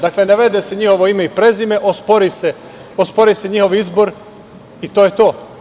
Dakle, navede se njihovo ime i prezime, ospori se njihov izbor i to je to.